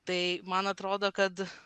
tai man atrodo kad